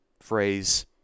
phrase